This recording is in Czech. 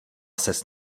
ses